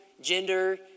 gender